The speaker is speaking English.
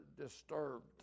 Disturbed